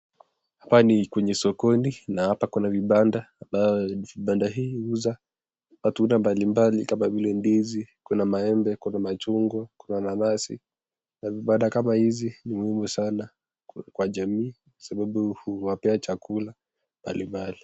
Hapa ni kwenye sokoni na hapa kuna vibanda ambayo vibanda hii huuza matunda mbalimbali kama bile ndizi, kuna maembe, kuna machungwa, kuna nanasi na vibanda hii ni muhimu kwa jamii kwa sababu huwapea chakula mbalimbali.